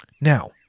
Now